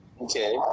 Okay